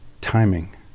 timing